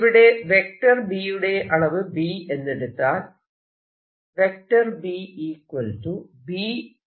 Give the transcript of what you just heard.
ഇവിടെ B യുടെ അളവ് B എന്ന് എടുത്താൽ B B ϕ എന്നെഴുതാം